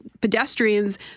pedestrians